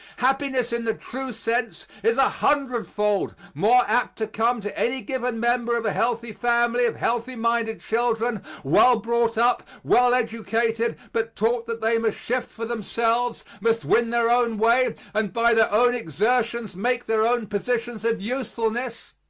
happiness in the true sense is a hundredfold more apt to come to any given member of a healthy family of healthy-minded children, well brought up, well educated, but taught that they must shift for themselves, must win their own way, and by their own exertions make their own positions of usefulness,